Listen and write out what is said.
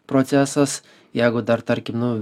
procesas jeigu dar tarkim nu